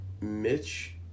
Mitch